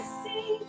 see